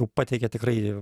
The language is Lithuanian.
pateikia tikrai